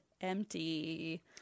empty